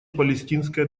палестинской